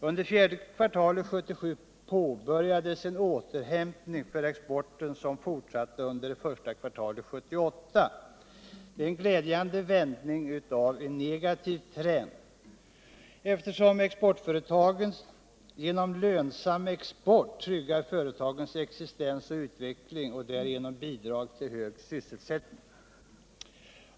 Under fjärde kvartalet påbörjades en återhämtning för exporten som fortsatte under det första kvartalet 1978 - en glädjande vändning av en negativ trend, eftersom exportföretagen genom lönsam export tryggar företagens existens och utveckling och därigenom bidrar till hög sysselsättning.